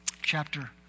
chapter